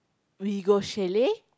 we go chalet